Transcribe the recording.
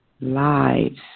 lives